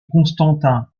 constantin